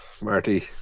Marty